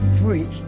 free